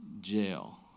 jail